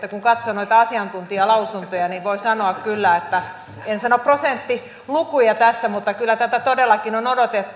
kun katsoo noita asiantuntijalausuntoja niin voi kyllä sanoa en sano prosenttilukuja tässä että tätä todellakin on odotettu